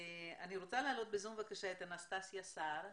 אני רוצה להעלות ב-זום את אנסטסיה סהר.